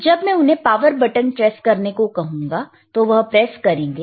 जब मैं उन्हें पावर बटन प्रेस करने को कहूंगा तो वह प्रेस करेंगे